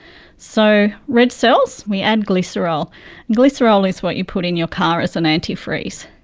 so red cells, we add glycerol, and glycerol is what you put in your car as an antifreeze.